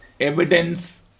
evidence